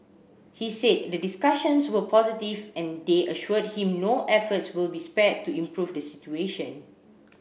he said the discussions were positive and they assured him no efforts will be spared to improve the situation